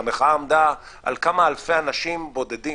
כשהמחאה עמדה על כמה אלפי אנשים בודדים.